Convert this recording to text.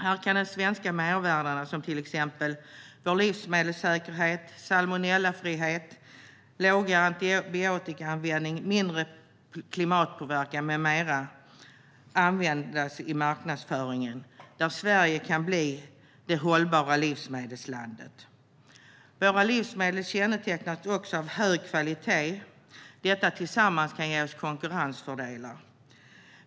Här kan de svenska mervärdena som vår livsmedelssäkerhet, salmonellafrihet och låga antibiotikaanvändning och den mindre klimatpåverkan med mera användas i marknadsföringen, där Sverige kan bli "Det hållbara livsmedelslandet". Våra livsmedel kännetecknas också av hög kvalitet. Detta tillsammans kan ge oss konkurrensfördelar.